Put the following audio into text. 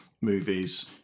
movies